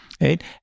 Right